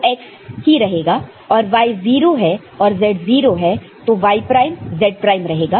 तो x ही रहेगा और y 0 है और z 0 है तो y प्राइम z प्राइम रहेगा